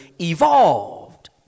evolved